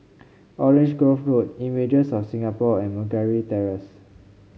Orange Grove Road Images of Singapore and Terrace